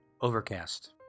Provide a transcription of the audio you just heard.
Overcast